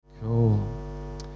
Cool